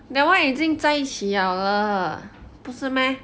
that [one] 已经在一起了了不是 meh